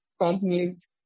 companies